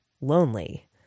lonely